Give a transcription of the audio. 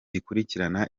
ikurikirana